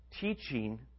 teaching